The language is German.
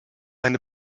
eine